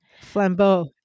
Flambeau